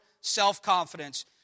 self-confidence